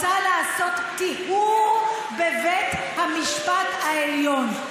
רוצה לעשות טיהור בבית המשפט העליון.